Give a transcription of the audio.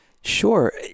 Sure